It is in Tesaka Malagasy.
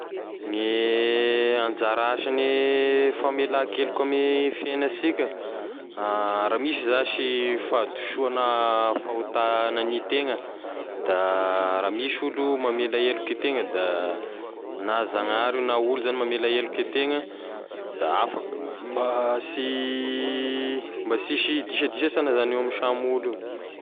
Gne anzara asagne famelan-keloka ame fiainasika, raha misy zash fahadisoana, fahota gn'anitegna da raha misy olo mamela heloky tegna na zanahary io na olo zany mamela heloky etegna de afak- mba sy mba sisy disadisa sagna zany eo amy samy olo io.